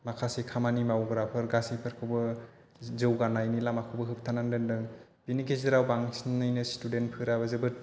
माखासे खामानि मावग्राफोर गासैफोरखौबो जौगानायनि लामाखौबो होबथाना दोन्दों बेनि गेजेराव बांसिनैनो स्टुडेन्टफोराबो जोबोद